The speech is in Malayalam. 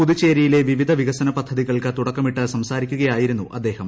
പുതുച്ചേരിയിലെ വിവിധ വികസന പദ്ധതികൾക്ക് തുടക്കമിട്ട് സംസാരിക്കുകയായിരുന്നു അദ്ദേഹം